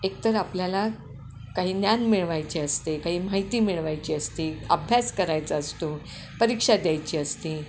एकतर आपल्याला काही ज्ञान मिळवायचे असते काही माहिती मिळवायची असते अभ्यास करायचा असतो परीक्षा द्यायची असते